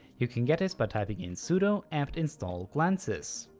you can get this by typing in sudo apt install glances.